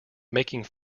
making